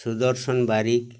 Sudarshan Barik